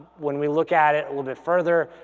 when we look at it a little bit further,